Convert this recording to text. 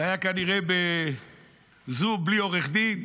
זה היה כנראה בזום בלי עורך דין.